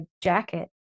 jacket